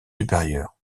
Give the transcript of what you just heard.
supérieures